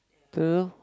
don't know